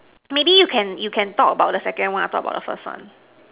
maybe you can you can talk about the second one I talk about the first one